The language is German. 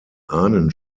ahnen